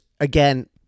again